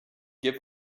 give